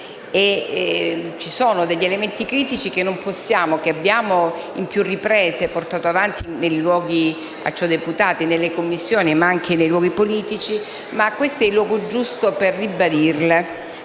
ci sono degli elementi critici che abbiamo a più riprese portato avanti nei luoghi a ciò deputati, nelle Commissioni, e anche nei luoghi politici: questo è il luogo giusto per ribadirli,